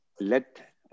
let